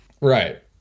right